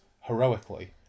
heroically